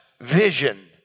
vision